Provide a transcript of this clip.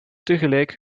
tegelijk